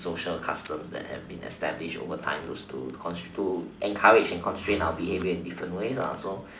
social customs that have been established over time is to to encourage and constrain our behaviours in many ways ah